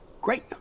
Great